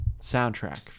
soundtrack